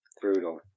Brutal